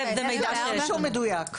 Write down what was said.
יש לנו רישום מדויק.